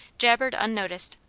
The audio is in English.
jabbered unnoticed.